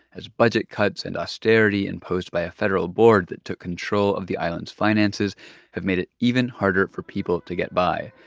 as budget cuts and austerity imposed by a federal board that took control of the island's finances have made it even harder for people to get by.